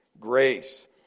grace